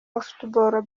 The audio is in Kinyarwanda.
football